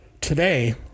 Today